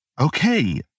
Okay